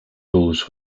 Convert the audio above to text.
bulls